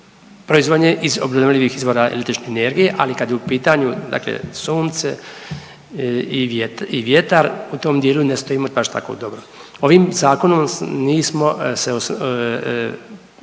iz obnovljivih izvora električne energije, ali kad je u pitanju dakle sunce i vjetar u tom dijelu ne stojimo baš tako dobro. Ovim zakonom mi smo se referirali